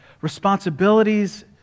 responsibilities